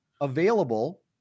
available